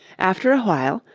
after a while,